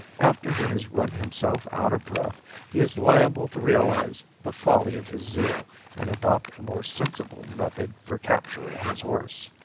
after he has run himself out of breath he is liable to realize the folly of his zeal and adopt a more sensible method for capturing his horse.